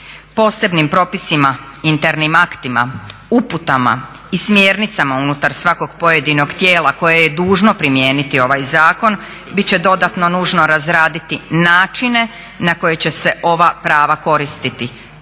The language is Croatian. Posebnim propisima, internim aktima, uputama i smjernicama unutar svakog pojedinog tijela koje je dužno primijeniti ovaj zakon, bit će dodatno nužno razraditi načine na koje će se ova prava koristiti,